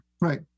Right